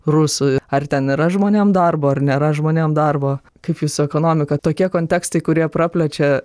rusu ar ten yra žmonėm darbo ar nėra žmonėm darbo kaip jūsų ekonomika tokie kontekstai kurie praplečia